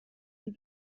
sie